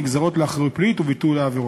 נגזרות לאחריות פלילית וביטול העבירות.